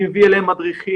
אני מביא אליהם מדריכים.